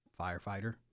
firefighter